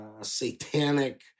satanic